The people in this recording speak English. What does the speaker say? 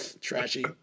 trashy